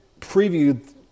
preview